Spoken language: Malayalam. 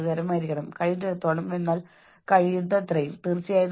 എനിക്ക് നിയന്ത്രിക്കാൻ കഴിയുന്നതും എനിക്ക് നിയന്ത്രിക്കാൻ കഴിയാത്തതുമായത് എന്തൊക്കെയാണ്